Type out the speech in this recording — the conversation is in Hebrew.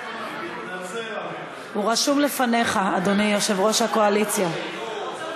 חברת הכנסת איילת נחמיאס ורבין,